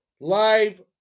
live